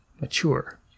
mature